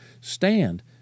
stand